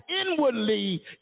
inwardly